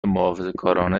محافظهکارانه